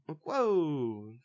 Whoa